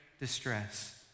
distress